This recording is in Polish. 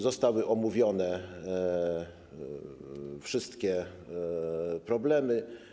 Zostały omówione wszystkie problemy.